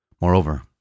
Moreover